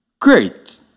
Great